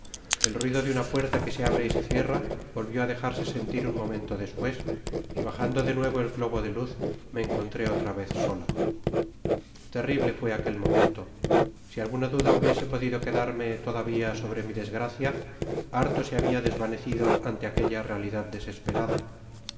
el ruido de una puerta que se abre y se cierra volvió á dejarse sentir un momento despues y bajando de nuevo et globo de luz me encontré otra vez sola terrible fué aquel momento si alguna duda hubiese podido quedarme todavia sobre mi desgracia harto se habia desvanecido ante aquella realidad desesperada